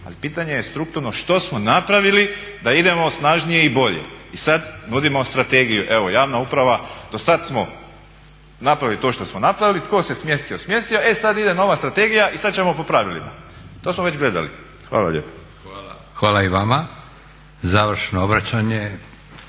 ali pitanje je strukturno što smo napravili da idemo snažnije i bolje i sad nudimo strategiju. Evo javna uprava, dosad smo napravili to što smo napravili, tko se smjestio, smjestio e sad ide nova strategija i sad ćemo po pravilima. To smo već gledali. Hvala lijepa. **Leko, Josip (SDP)** Hvala i vama. Završno obraćanje